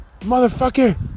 motherfucker